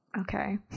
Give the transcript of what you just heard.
okay